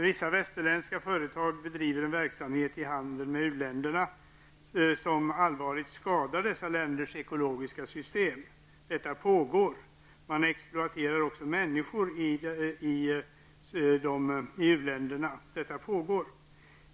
Vissa västerländska företag bedriver en verksamhet i handeln med u-länderna som allvarligt skadar dessa länders ekologiska system. Det pågår och man exploaterar också människor i u-länderna.